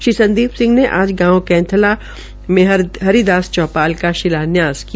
श्री संदीप ने आज बांव कैंथला में रविदास चौपाल का शिलानयास किया